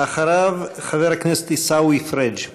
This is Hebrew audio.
אחריו, חבר הכנסת עיסאווי פריג'.